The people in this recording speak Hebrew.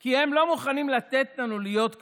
כי הם לא מוכנים לתת לנו להיות כמותם,